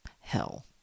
hell